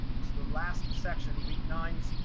this is the last section week nine,